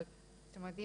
זאת אומרת,